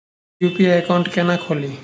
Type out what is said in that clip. UPI account केना खोलि?